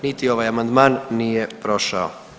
Niti ovaj amandman nije prošao.